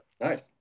Nice